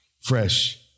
fresh